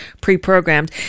pre-programmed